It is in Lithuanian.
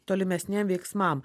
tolimesniem veiksmam